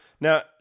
Now